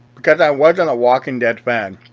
because i wasn't a walking dead fan,